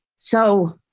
so,